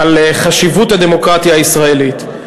על חשיבות הדמוקרטיה הישראלית.